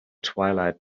twilight